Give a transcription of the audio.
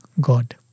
God